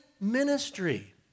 ministry